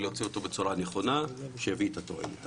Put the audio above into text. ולהוציא אותו בצורה הנכונה שתביא את התועלת.